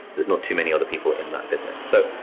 there's not too many other people in that business. so,